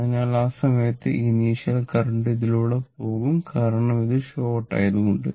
അതിനാൽ ആ സമയത്ത് ഇനീഷ്യൽ കരണ്ട് ഇതിലൂടെ പോകും കാരണം ഇത് ഷോർട്ട് ആയതുകൊണ്ട്